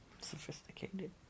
Sophisticated